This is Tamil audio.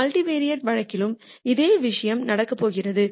மல்டிவெரைட் கேஸ்யில்லும் இதே விஷயம் நடக்கிறது